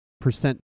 percent